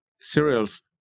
cereals